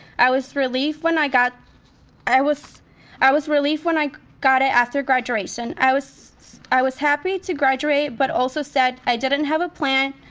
i was relieved when i got i was i was relieved when i got it after graduation. i was i was happy to graduate, but also sad. i didn't have a plan,